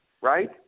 right